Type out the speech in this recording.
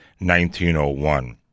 1901